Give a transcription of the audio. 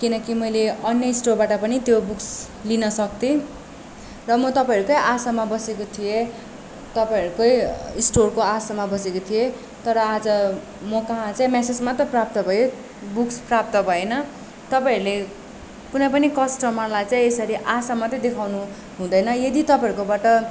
किनकि मैले अन्य स्टोरबाट पनि त्यो बुक्स् लिन सक्थेँ र म तपाईँहरूकै आशामा बसेको थिएँ तपाईँहरूकै स्टोरको आशामा बसेको थिएँ तर आज मकहाँ चाहिँ मेसेज मात्रै प्राप्त भयो बुक्स प्राप्त भएन तपाईँहरूले कुनै पनि कस्टमरलाई चाहिँ यसरी आशा मात्रै देखाउनु हुँदैन यदि तपाईँहरूकोबाट